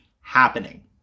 happening